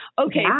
Okay